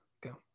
go